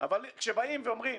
אבל כשאומרים: